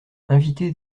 invités